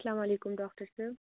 اسلامُ علیکُم ڈاکٹر صٲب